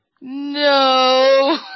no